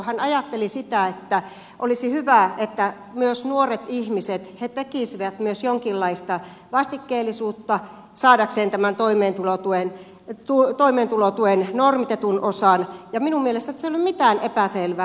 hän ajatteli sitä että olisi hyvä että nuoret ihmiset tekisivät myös jonkinlaista vastikkeellisuutta saadakseen tämän toimeentulotuen normitetun osan ja minun mielestäni tässä ei ole mitään epäselvää